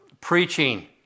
preaching